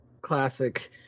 classic